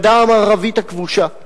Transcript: הגדה המערבית הכבושה.